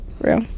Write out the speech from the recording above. real